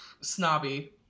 Snobby